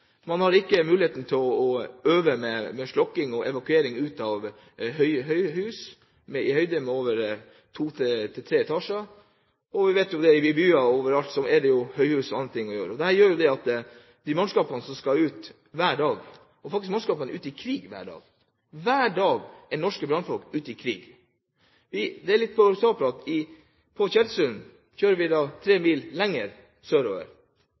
Man har ikke mulighet til å øve på slukking i og evakuering fra høyhus, altså i høyder over to–tre etasjer. Og vi vet at i byer og overalt er det høyhus og annet om å gjøre. Disse mannskapene er faktisk ute i krig hver dag. Hver dag er norske brannfolk ute i krig. Det er litt